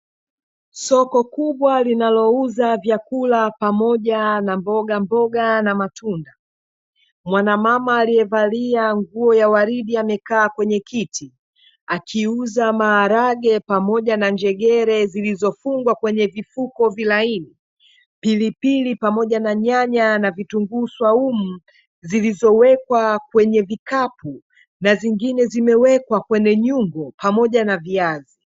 Soko kubwa linalouza vyakula pamoja na mboga mboga na matunda. Mwana mama aliyevalia nguo ya waridi amekaa kwenye kiti, akiuza maharage pamoja na njegere zilizofungwa kwenye vifuko vilaini, pilipili pamoja na nyanya na vitunguu swaumu zilizoowekwa kwenye vikapu na zingine zimewekwa kwenye nyungo pamoja na viazi.